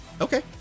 Okay